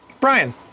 Brian